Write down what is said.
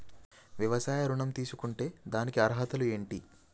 వ్యవసాయ ఋణం తీసుకుంటే దానికి అర్హతలు ఏంటి?